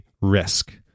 risk